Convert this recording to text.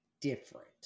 different